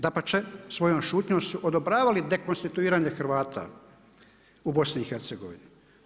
Dapače, svojom šutnjom su odobravali dekonstituiranje Hrvata u BiH-u.